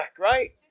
right